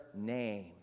name